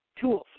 Tools